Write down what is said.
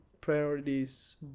priorities